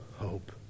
hope